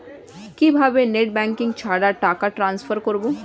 কিভাবে net banking ছাড়া টাকা ট্রান্সফার করবো?